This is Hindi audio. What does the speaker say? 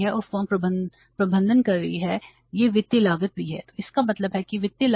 इसलिए मैं नकदी प्रबंधन पर चर्चा के साथ यहां रुकूंगा